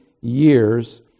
years